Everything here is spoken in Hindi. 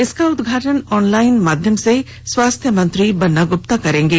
इसका उदघाटन ऑनलाइन माध्यम से स्वास्थ्य मंत्री बन्ना ग्रप्ता करेंगे